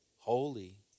Holy